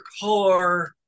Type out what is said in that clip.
car